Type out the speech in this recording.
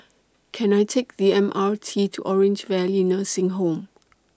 Can I Take The M R T to Orange Valley Nursing Home